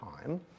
time